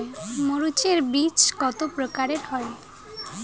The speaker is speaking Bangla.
মরিচ এর বীজ কতো প্রকারের হয়?